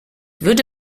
würde